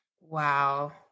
Wow